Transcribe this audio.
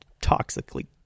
toxically